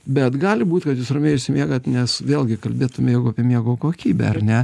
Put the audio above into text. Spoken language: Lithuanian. bet gali būt kad jūs ramiai išsimiegat nes vėlgi kalbėtume jeigu apie miego kokybę ar ne